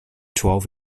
twelve